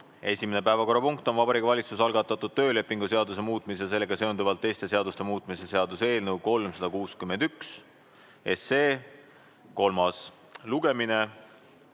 Esimene päevakorrapunkt on Vabariigi Valitsuse algatatud töölepingu seaduse muutmise ja sellega seonduvalt teiste seaduste muutmise seaduse eelnõu 361 kolmas lugemine.